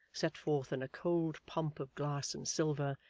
set forth in a cold pomp of glass and silver,